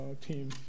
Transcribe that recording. team